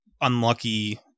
unlucky